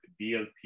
DLP